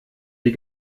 die